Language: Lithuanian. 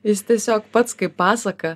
jis tiesiog pats kaip pasaka